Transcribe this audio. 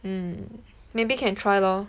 mm maybe can try lor